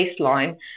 baseline